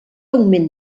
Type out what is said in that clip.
augment